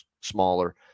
smaller